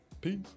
Peace